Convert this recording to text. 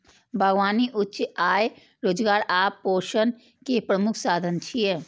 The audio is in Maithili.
बागबानी उच्च आय, रोजगार आ पोषण के प्रमुख साधन छियै